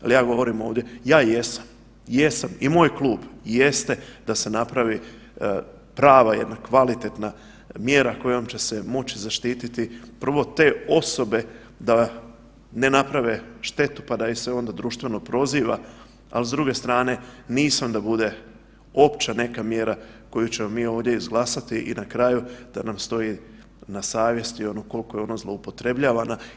Ali ja govorim ovdje, ja jesam, jesam i moj klub jeste da se napravi prava jedna kvalitetna mjera kojom će se moći zaštititi, prvo te osobe da ne naprave štetu pa da ih se onda društveno proziva, ali s druge strane nisam da bude opća neka mjera koju ćemo mi ovdje izglasati i na kraju da nam stoji na savjesti koliko je ona zloupotrebljavana.